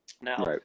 Now